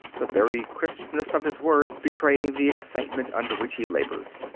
the very crispness of his words betraying the excitement under which he labored.